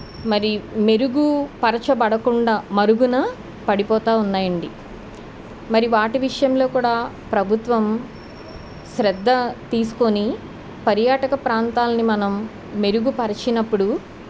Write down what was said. మరి మెరుగు పరచబడకుండా మరుగున పడిపోతూ ఉన్నాయి అండి మరి వాటి విషయంలో కూడా ప్రభుత్వం శ్రద్ధ తీసుకోని పర్యాటక ప్రాంతాల్ని మనం మెరుగుపరిచినప్పుడు